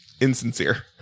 insincere